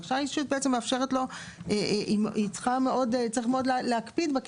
ההרשאה האישית צריך מאוד להקפיד בה,